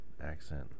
accent